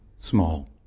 small